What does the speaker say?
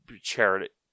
charity